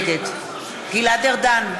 נגד גלעד ארדן,